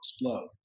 explode